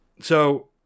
So-